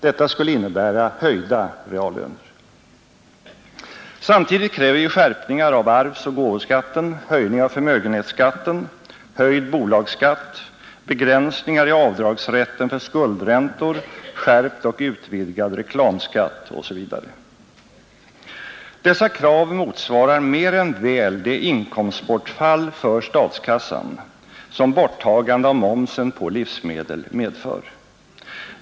Detta skulle innebära höjda reallöner. Samtidigt kräver vi skärpningar av arvsoch gåvoskatten, höjning av förmögenhetskatten, höjd bolagsskatt, begränsningar i avdragsrätten för skuldräntor, skärpt och utvidgad reklamskatt osv. Dessa krav motsvarar mer än väl det inkomstbortfall för statskassan som borttagande av momsen på livsmedel medför.